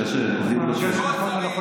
ואנחנו נקפיד גם על סדר הדוברים.